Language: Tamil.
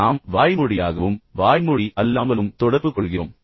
உண்மையில் நாம் எப்போதும் வாய்மொழியாகவும் வாய்மொழியாக அல்லாமலும் தொடர்புகொள்கிறோம்